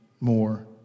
more